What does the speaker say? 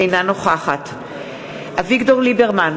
אינה נוכחת אביגדור ליברמן,